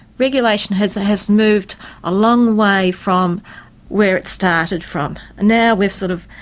regulation has ah has moved a long way from where it started from. now we've sort of,